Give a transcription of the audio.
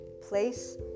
place